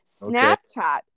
snapchat